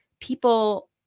people